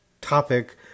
topic